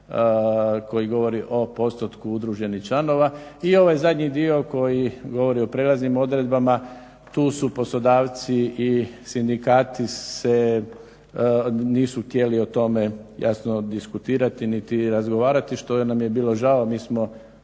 koji govori o postotku udruženih članova i ovaj zadnji dio koji govori o prelaznim odredbama tu su poslodavci i sindikati se nisu htjeli o tome jasno diskutirati niti razgovarati što nam je bilo žao.